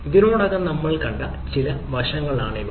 ഇതിനകം നമ്മൾ കണ്ട ചില വശങ്ങൾ ആണിവ